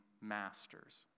masters